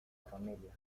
familia